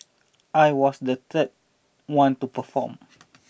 I was the third one to perform